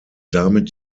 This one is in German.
damit